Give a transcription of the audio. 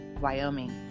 Wyoming